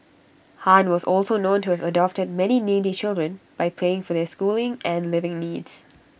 han was also known to have adopted many needy children by paying for their schooling and living needs